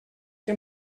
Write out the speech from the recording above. què